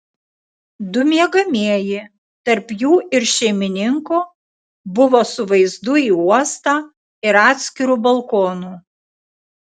du miegamieji tarp jų ir šeimininko buvo su vaizdu į uostą ir atskiru balkonu